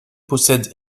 possède